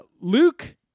Luke